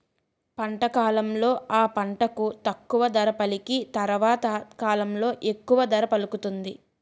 పంట కాలంలో ఆ పంటకు తక్కువ ధర పలికి తరవాత కాలంలో ఎక్కువ ధర పలుకుతుంది